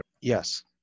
yes